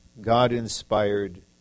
God-inspired